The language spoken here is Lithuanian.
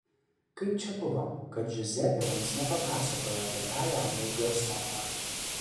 kaip čia buvo kad džiuzepė mums nepapasakojo apie tą jaunąjį garsoną